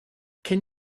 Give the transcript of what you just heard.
can